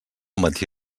matí